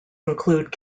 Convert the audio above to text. include